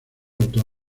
autor